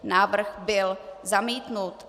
Návrh byl zamítnut.